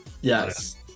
yes